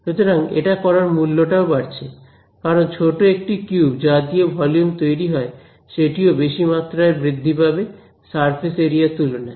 সুতরাং এটা করার মূল্যটাও বাড়ছে কারণ ছোট একটি কিউব যা দিয়ে ভলিউম তৈরি হয় সেটিও বেশি মাত্রায় বৃদ্ধি পাবে সারফেস এরিয়ার তুলনায়